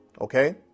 Okay